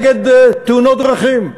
נגד תאונות דרכים.